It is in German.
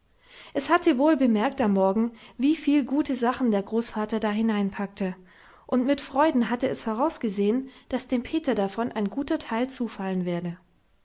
es hatte wohl bemerkt am morgen wieviel gute sachen der großvater da hineinpackte und mit freuden hatte es vorausgesehen daß dem peter davon ein guter teil zufallen werde